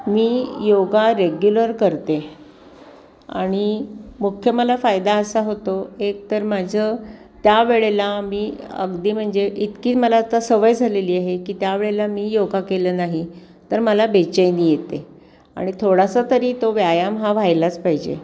मी yoga regular करते आणि मुख्य मला फायदा असा होतो एक तर माझं त्यावेळेला मी अगदी म्हणजे इतकी मला आता सवय झालेली आहे की त्यावेळेला मी योगा केलं नाही तर मला बेचैनी येते आणि थोडासा तरी तो व्यायाम हा व्हायलाच पाहिजे